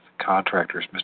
contractors